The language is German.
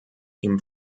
ihm